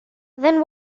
then